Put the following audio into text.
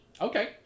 Okay